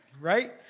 Right